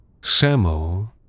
Sammo